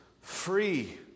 free